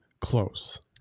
close